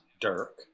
Dirk